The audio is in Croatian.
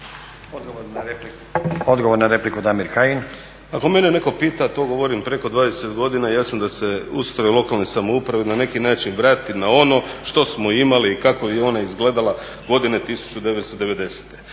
**Kajin, Damir (ID - DI)** Ako mene netko pita, tu govorim preko 20 godina i jasno da se ustroj lokalne samouprave na neki način vrati na ono što smo imali i kako je ona izgledala godine 1990.